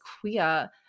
queer